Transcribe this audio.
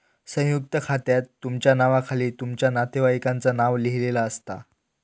संयुक्त खात्यात तुमच्या नावाखाली तुमच्या नातेवाईकांचा नाव लिहिलेला असता